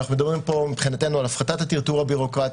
אנחנו מדברים פה על הפחתת הטרטור הביורוקרטי,